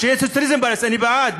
שיהיה סוציאליזם בארץ, אני בעד.